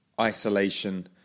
isolation